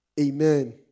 Amen